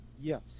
Yes